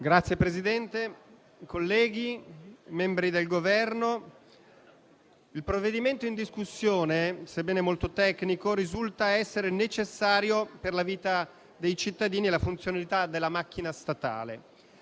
Signor Presidente, onorevoli colleghi, membri del Governo, i provvedimenti in discussione, sebbene molto tecnici, risultano essere necessari per la vita dei cittadini e la funzionalità della macchina statale.